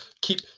Keep